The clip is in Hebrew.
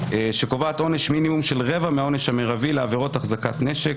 שקובע עונש מינימום של רבע מהעונש המרבי לעבירות אחזקת נשק,